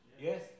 Yes